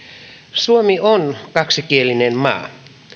suomi on kaksikielinen maa